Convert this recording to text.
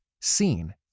seen